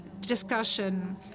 discussion